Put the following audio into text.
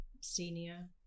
senior